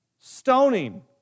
Stoning